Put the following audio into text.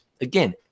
again